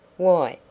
why,